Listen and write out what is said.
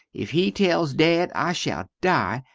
if he tells dad i shall dye,